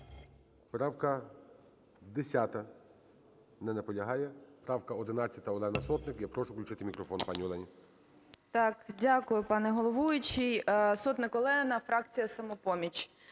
Правка 10. Не наполягає. Правка 11, Олена Сотник. Я прошу включити мікрофон пані Олені, 13:20:35 СОТНИК О.С. Так, дякую пане головуючий. Сотник Олена, фракція "Самопоміч".